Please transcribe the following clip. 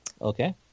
Okay